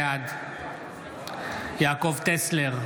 בעד יעקב טסלר,